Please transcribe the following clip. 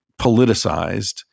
politicized